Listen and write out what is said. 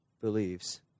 believes